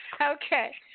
Okay